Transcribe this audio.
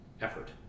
effort